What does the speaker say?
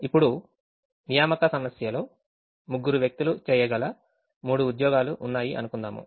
ఇప్పుడు అసైన్మెంట్ ప్రాబ్లెమ్లో ముగ్గురు వ్యక్తులు చేయగల మూడు ఉద్యోగాలు ఉన్నాయి అనుకుందాము